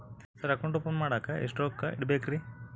Sir account open ಮಾಡಾಕ ಎಷ್ಟು ರೊಕ್ಕ ಇಡಬೇಕ್ರಿ?